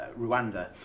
Rwanda